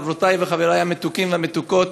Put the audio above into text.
חברותי וחברי המתוקות והמתוקים